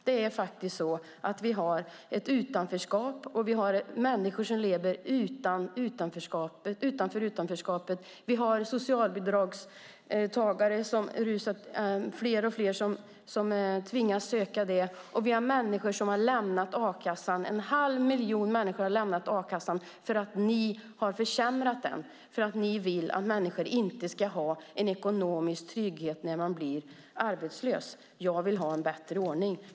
Det är faktiskt så att vi har ett utanförskap och människor som lever utanför utanförskapet. Vi har fler och fler människor som tvingas söka socialbidrag, och vi har människor som har lämnat a-kassan. Det är en halv miljon människor som har lämnat a-kassan för att ni har försämrat den. Ni vill att människor inte ska ha en ekonomisk trygghet när det blir arbetslösa. Jag vill ha en bättre ordning.